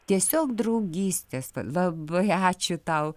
tiesiog draugystės labai ačiū tau